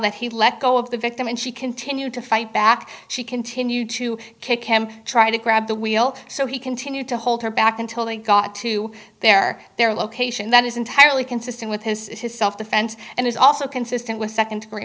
that he let go of the victim and she continued to fight back she continued to kick him trying to grab the wheel so he continued to hold her back until they got to their their location that is entirely consistent with his self defense and is also consistent with second degree